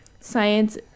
science